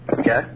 Okay